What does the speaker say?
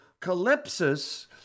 calypsis